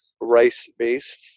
rice-based